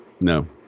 No